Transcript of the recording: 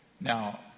now